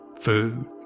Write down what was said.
Food